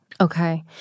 Okay